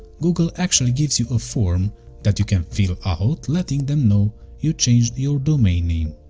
google actually gives you a form that you can fill out letting them know you changed your domain name.